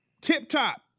Tip-top